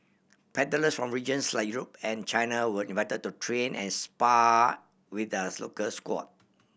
paddlers from regions like Europe and China were invited to train and spar with the ah local squad